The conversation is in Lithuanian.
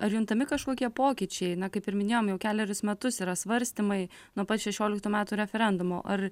ar juntami kažkokie pokyčiai na kaip ir minėjome jau kelerius metus yra svarstymai nuo pat šešioliktų metų referendumo ar